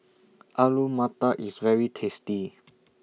Alu Matar IS very tasty